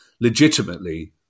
legitimately